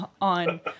on